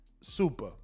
super